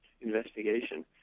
investigation